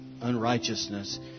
unrighteousness